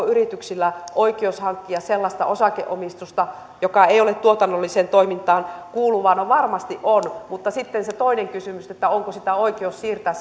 yrityksillä oikeus hankkia sellaista osakeomistusta joka ei ole tuotannolliseen toimintaan kuuluvaa no varmasti on mutta sitten on toinen kysymys onko sitä oikeus siirtää